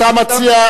אתה מציע,